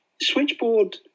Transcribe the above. Switchboard